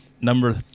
Number